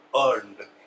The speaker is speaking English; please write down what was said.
earned